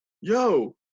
yo